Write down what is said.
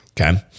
Okay